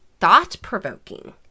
thought-provoking